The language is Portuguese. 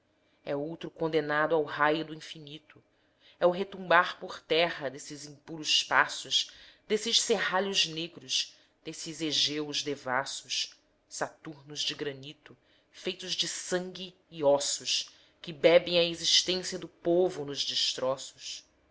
é outro condenado ao raio do infinito é o retumbar por terra desses impuros paços desses serralhos negros desses egeus devassos saturnos de granito feitos de sangue e ossos que bebem a existência do povo nos destroços